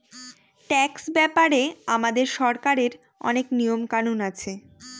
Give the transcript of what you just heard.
tax ব্যাপারে আমাদের সরকারের অনেক নিয়ম কানুন আছে